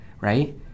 right